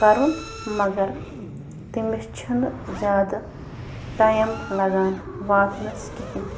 کَرُن مگر تٔمِس چھِنہٕ زیادٕ ٹایم لَگان واتنَس کِہیٖنۍ